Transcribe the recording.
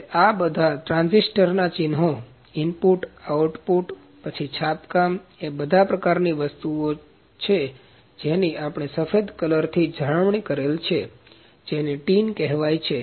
તેથી એ બધા ટ્રાન્ઝિસ્ટરના ચિન્હો ઈનપુટ આઉટપુટ પછી છાપકામ એ બધા પ્રકારની વસ્તુઓ જેની આપણે સફેદ કલરથી જાળવણી કરેલ છે જેને ટીન કહેવાય છે